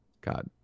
God